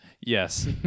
Yes